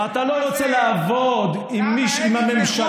ואתה לא רוצה לעבוד עם מישהו מהממשלה,